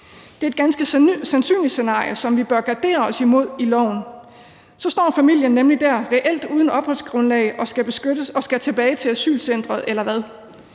Det er et ganske sandsynligt scenarie, som vi bør gardere os imod i loven. Så står familien nemlig reelt uden opholdsgrundlag og skal beskyttes og skal tilbage til asylcenteret – eller hvad?